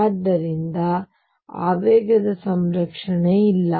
ಆದ್ದರಿಂದ ಆವೇಗದ ಸಂರಕ್ಷಣೆ ಇಲ್ಲ